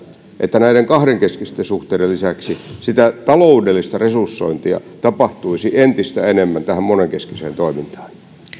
että näiden kahdenkeskisten suhteiden lisäksi sitä taloudellista resursointia tapahtuisi entistä enemmän tähän monenkeskiseen toimintaan